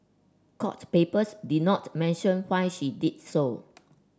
court papers did not mention why she did so